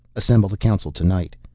assemble the council tonight.